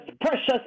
precious